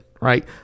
right